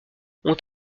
ont